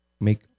Make